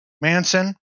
Manson